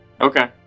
Okay